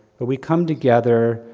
but we come together,